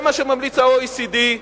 זה מה שממליץ ה-OECD,